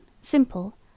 simple